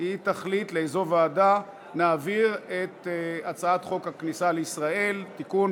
תחליט לאיזו ועדה נעביר את הצעת חוק הכניסה לישראל (תיקון,